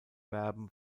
verben